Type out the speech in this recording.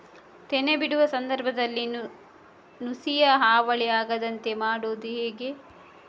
ತೆನೆ ಬಿಡುವ ಸಂದರ್ಭದಲ್ಲಿ ನುಸಿಯ ಹಾವಳಿ ಆಗದಂತೆ ಮಾಡುವುದು ಹೇಗೆ?